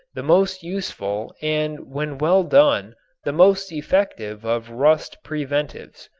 the most useful and when well done the most effective of rust preventives.